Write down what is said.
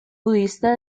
budista